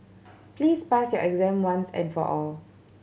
please pass your exam once and for all